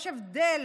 יש הבדל